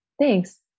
thanks